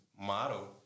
model